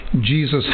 Jesus